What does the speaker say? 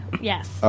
yes